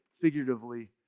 figuratively